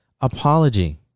apology